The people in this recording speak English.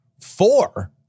Four